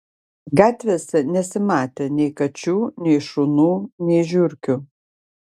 gatvėse nesimatė nei kačių nei šunų nei žiurkių